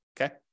Okay